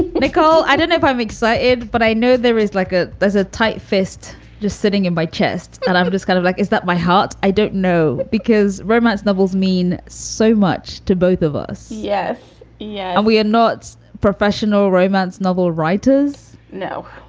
nicole i don't know if i'm excited, but i know there is like a there's a tight fist just sitting in my chest and i'm just kind of like, is that my heart? i don't know, because romance novels mean so much to both of us. yes. yeah. and we are not professional romance novel writers. no,